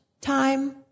time